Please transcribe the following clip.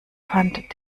fand